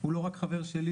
הוא לא רק חבר שלי,